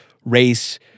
race